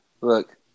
look